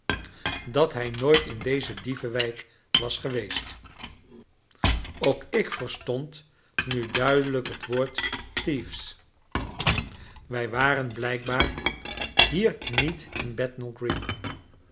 dat hij nooit in deze dievenwijk was geweest ook ik verstond nu duidelijk het woord thieves wij waren blijkbaar hier niet in